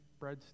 breadsticks